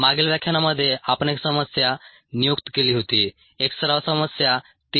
मागील व्याख्यानामध्ये आपण एक समस्या नियुक्त केली होती एक सराव समस्या 3